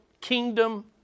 kingdom